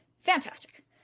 Fantastic